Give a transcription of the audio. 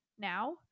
now